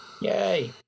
Yay